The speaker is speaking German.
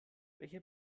welcher